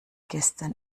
gestern